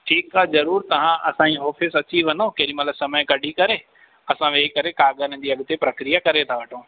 ठीकु आहे ज़रूरु तव्हां असांजी ऑफिस अची वञो केॾी महिल समय कढी करे असां वेही करे काॻरनि जी अॻिते प्रक्रिया करे था वठूं